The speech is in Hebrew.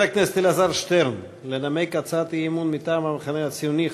חבר הכנסת אלעזר שטרן לנמק הצעת אי-אמון מטעם המחנה הציוני: